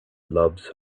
loves